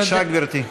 בבקשה, גברתי.